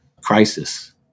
crisis